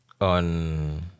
On